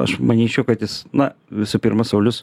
aš manyčiau kad jis na visų pirma saulius